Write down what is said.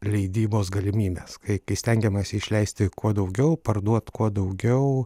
leidybos galimybes kai kai stengiamasi išleisti kuo daugiau parduot kuo daugiau